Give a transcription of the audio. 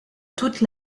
toute